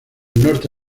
norte